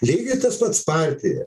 lygiai tas pats partija